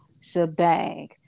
shebang